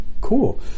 Cool